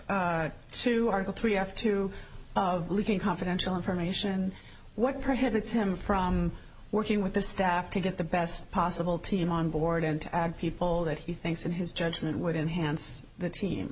article three you have to look in confidential information what prohibits him from working with the staff to get the best possible team on board and to add people that he thinks in his judgment would enhance the team